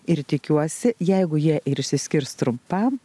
ir tikiuosi jeigu jie ir išsiskirs trumpam